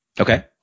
Okay